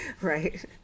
Right